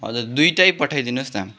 हजर दुइटै पठाइदिनुहोस् न